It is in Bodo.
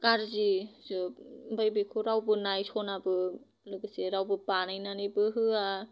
गाज्रिजोब ओमफ्राय बेखौ रावबो नायसनाबो लोगोसे रावबो बानायनानैबो होआ